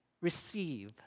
receive